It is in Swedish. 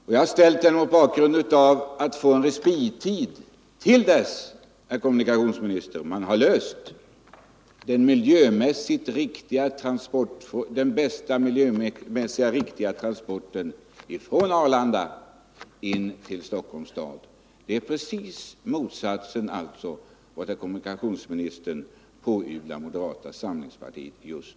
Jag har även ställt frågan mot bakgrund av att vi bör få en respittid, herr kommunikationsminister, till dess man har valt de miljömässigt bästa och riktigaste transportvägarna från Arlanda till Stockholm. Detta är alltså precis motsatsen till de anklagelser som herr kommunikationsministern just nu riktat mot moderata samlingspartiet.